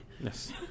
Yes